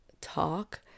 talk